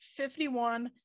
51